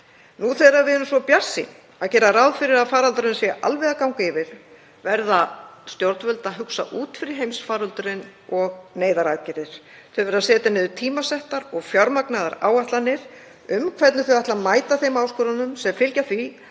Nú þegar við erum svo bjartsýn að gera ráð fyrir að faraldurinn sé alveg að ganga yfir verða stjórnvöld að hugsa út fyrir heimsfaraldurinn og neyðaraðgerðir. Þau verða að setja niður tímasettar og fjármagnaðar áætlanir um hvernig þau ætla að mæta þeim áskorunum sem fylgja því